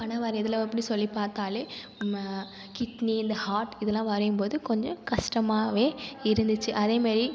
படம் வரையிறதில் அப்படி சொல்லி பார்த்தாலே நம்ம கிட்னி இந்த ஹாட் இதெலாம் வரையும்போது கொஞ்சம் கஷ்டமாகவே இருந்துச்சு அதேமாரி